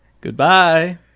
goodbye